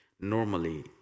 Normally